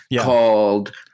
called